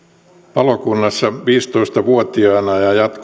palokunnassa viisitoista vuotiaana ja jatkoi